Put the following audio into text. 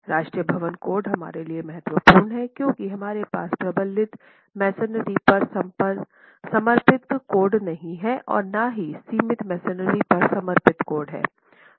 राष्ट्रीय भवन कोड हमारे लिए महत्वपूर्ण है क्योंकि हमारे पास प्रबलित मैसनरी पर समर्पित कोड नहीं है और न ही सीमित मैसनरी पर समर्पित कोड हैं